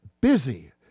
busy